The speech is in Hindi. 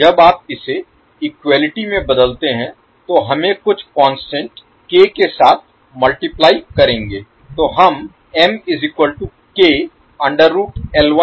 जब आप इसे इक्वलिटी में बदलते हैं तो हमें कुछ कांस्टेंट k के साथ मल्टीप्लाई Multiply गुणा करेंगे